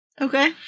Okay